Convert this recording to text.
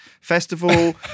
festival